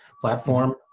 platform